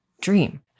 dream